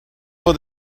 for